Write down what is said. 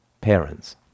parents